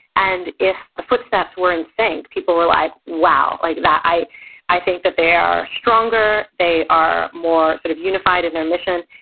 and if the footsteps were in sync, people were like, wow, like i i think that they are stronger, they are more sort of unified in their mission,